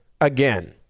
again